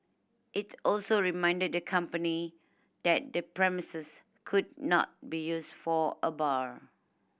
it also reminded the company that the premises could not be used for a bar